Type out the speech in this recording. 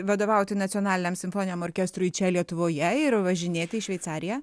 vadovauti nacionaliniam simfoniniam orkestrui čia lietuvoje ir važinėti į šveicariją